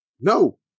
No